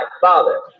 father